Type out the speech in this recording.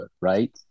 right